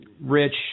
Rich